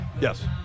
Yes